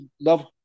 love